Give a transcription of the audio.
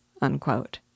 unquote